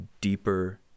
deeper